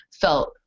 felt